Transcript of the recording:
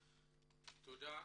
תודה.